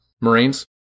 Marines